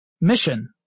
mission